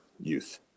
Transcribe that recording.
youth